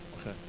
Okay